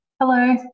Hello